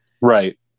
Right